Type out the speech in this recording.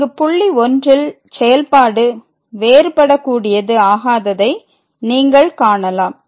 இங்கு புள்ளி 1ல் செயல்பாடு வேறுபடக்கூடியது ஆகாததை நீங்கள் காணலாம்